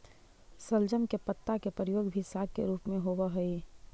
शलजम के पत्ता के प्रयोग भी साग के रूप में होव हई